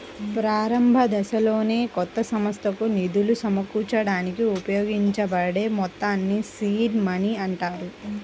ప్రారంభదశలోనే కొత్త సంస్థకు నిధులు సమకూర్చడానికి ఉపయోగించబడే మొత్తాల్ని సీడ్ మనీ అంటారు